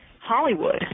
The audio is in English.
Hollywood